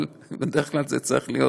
אבל בדרך כלל זה צריך להיות